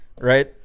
right